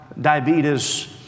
diabetes